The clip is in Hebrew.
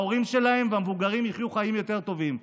ההורים שלהם והמבוגרים יחיו חיים טובים יותר.